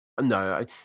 no